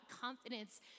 confidence